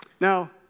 Now